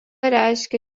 reiškia